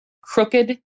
crooked